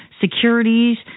securities